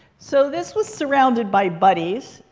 so this was surrounded by buddies.